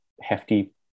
hefty